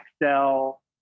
Excel